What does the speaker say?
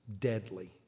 deadly